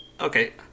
Okay